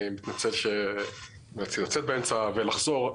אני מתנצל שנאלצתי לצאת באמצע ולחזור.